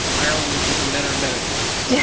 um ireland is looking better and better to us. yeah